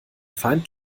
feind